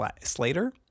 Slater